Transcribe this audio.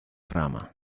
rama